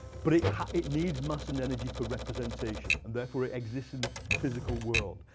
but it it needs mass and energy for representation. and therefore, it exists in the physical world.